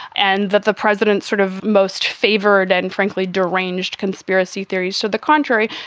and that the president sort of most favored and frankly, deranged conspiracy theories to the contrary.